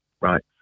right